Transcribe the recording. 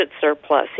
surplus